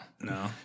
No